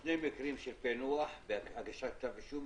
שני מקרים של פענוח והגשת כתב אישום